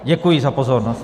Děkuji za pozornost.